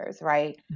right